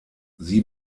sie